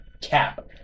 Cap